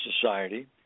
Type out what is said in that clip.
Society